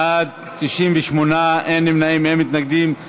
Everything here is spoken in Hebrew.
בעד, 98, אין נמנעים, אין מתנגדים.